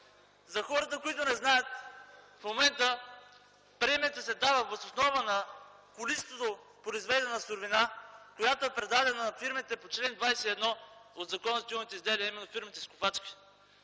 За хората, които не знаят, в момента премията се дава въз основа на количество произведена суровина, която е предадена на фирмите по чл. 21 от Закона за тютюневите изделия, а именно фирмите–изкупвачи.